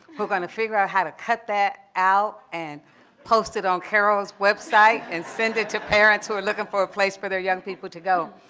who are going to figure out how to cut that out and post it on carroll's website and send it to parents who are looking for a place for their young people to go.